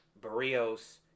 Barrios